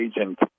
agent